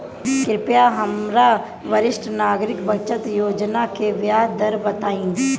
कृपया हमरा वरिष्ठ नागरिक बचत योजना के ब्याज दर बताइं